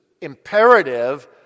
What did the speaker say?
imperative